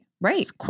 right